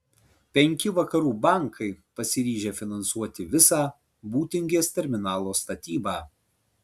penki vakarų bankai pasiryžę finansuoti visą būtingės terminalo statybą